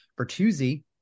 Bertuzzi